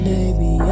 Baby